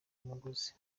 umuguzi